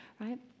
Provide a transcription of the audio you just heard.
right